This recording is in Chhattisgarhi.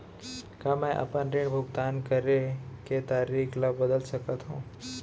का मैं अपने ऋण भुगतान करे के तारीक ल बदल सकत हो?